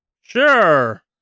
Sure